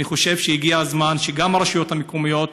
אני חושב שהגיע הזמן שגם הרשויות המקומיות